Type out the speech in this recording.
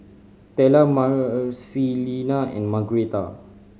Tella Marcelina and Margretta